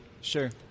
Sure